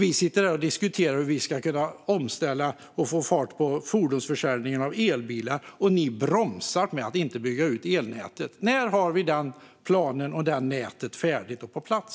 Vi sitter här och diskuterar hur vi ska kunna få fart på försäljningen av elbilar, och ni bromsar genom att inte bygga ut elnätet. När har vi planen och nätet färdiga och på plats?